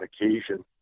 occasion